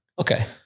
Okay